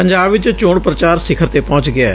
ਪੰਜਾਬ ਵਿਚ ਚੋਣ ਪ੍ਰਚਾਰ ਸਿਖਰ ਤੇ ਪਹੁੰਚ ਗਿਐ